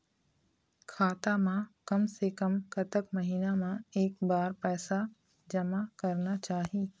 खाता मा कम से कम कतक महीना मा एक बार पैसा जमा करना चाही?